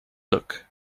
look